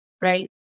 right